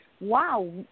wow